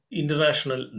international